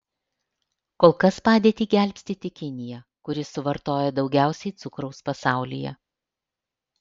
kol kas padėtį gelbsti tik kinija kuri suvartoja daugiausiai cukraus pasaulyje